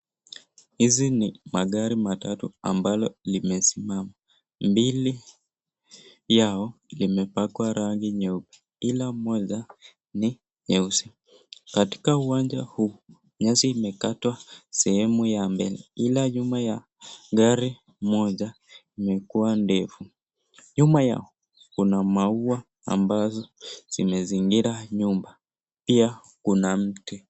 Hizi ni magari matatu ambalo limesimama. Mbili yao limepakwa rangi nyeupe, ila moja ni nyeusi. Katika uwanja huu nyasi imekatwa sehemu ya mbele ila nyuma ya gari moja imekuwa ndefu. Nyuma yao kuna maua ambazo zimezingira nyumba pia kuna miti.